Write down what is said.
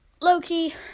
loki